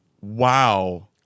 Wow